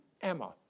Emma